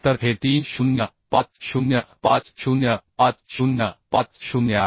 तर हे 30 50 50 50 50 आहे